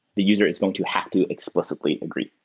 the user is going to have to explicitly agree.